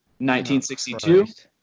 1962